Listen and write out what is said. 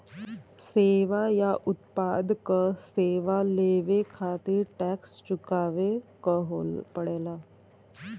सेवा या उत्पाद क सेवा लेवे खातिर टैक्स चुकावे क पड़ेला